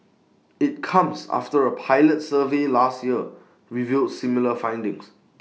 IT comes after A pilot survey last year revealed similar findings